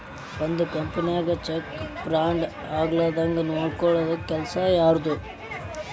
ಒಂದ್ ಕಂಪನಿನ್ಯಾಗ check fraud ಆಗ್ಲಾರ್ದಂಗ್ ನೊಡ್ಕೊಲ್ಲೊ ಕೆಲಸಾ ಯಾರ್ದು?